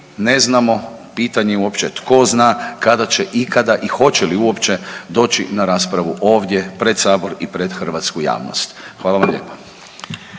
ne znamo, pitanje uopće tko zna kada će ikada i hoće li uopće doći na raspravu ovdje pred sabor i pred hrvatsku javnost. Hvala vam lijepa.